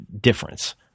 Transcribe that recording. difference